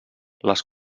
les